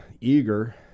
eager